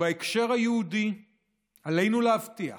ובהקשר היהודי עלינו להבטיח